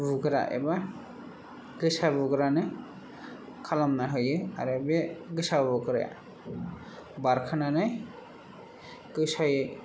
बुग्रा एबा गोसा बुग्रानो खालामना होयो आरो बे गोसा बुग्राया बारखोनानै गोसायै